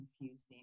confusing